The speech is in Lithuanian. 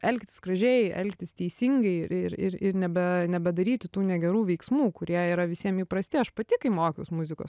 elgtis gražiai elgtis teisingai ir ir ir nebe nebedaryti tų negerų veiksmų kurie yra visiem įprasti aš pati kai mokiaus muzikos